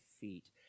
feet